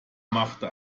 machte